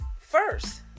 first